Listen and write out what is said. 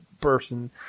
person